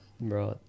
Right